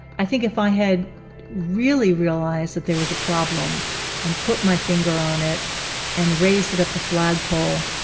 i think if i had really realized that there was a problem and put my finger on it and raised it up the flagpole,